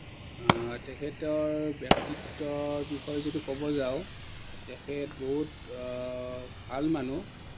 তেখেতৰ ব্যক্তিত্বৰ বিষয়ে যদি ক'ব যাওঁ তেখেত বহুত ভাল মানুহ